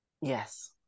Yes